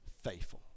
faithful